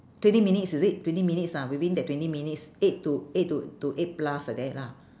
twenty minutes is it twenty minutes ah within that twenty minutes eight to eight to to eight plus like that lah